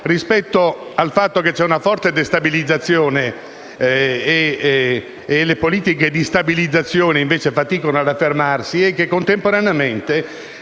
rispetto al fatto che c'è una forte destabilizzazione e che le politiche di stabilizzazione faticano ad affermarsi e, contemporaneamente,